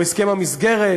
או הסכם המסגרת,